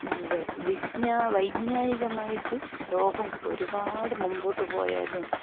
വ് വിജ്ഞാ വൈജ്ഞാനികമായിട്ട് ലോകം ഒരുപാട് മുമ്പോട്ട് പോയാലും